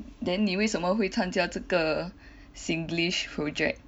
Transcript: then 你为什么会参加这个 Singlish project